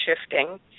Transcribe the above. shifting